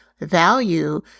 value